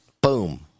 Boom